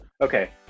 Okay